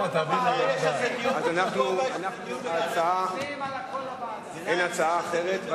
אין הצעה אחרת.